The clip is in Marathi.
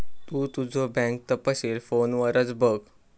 तु तुझो बँक तपशील फोनवरच बघ